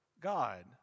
God